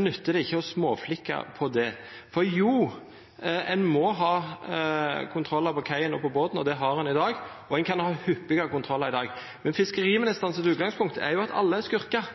nyttar det ikkje å småflikka på det. Jo, ein må ha kontrollar på kaia og på båten, og det har ein i dag, og ein kan ha hyppigare kontrollar enn i dag. Men fiskeriministeren har som utgangspunkt at alle er skurkar,